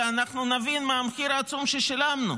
ואנחנו נבין מה המחיר העצום ששילמנו.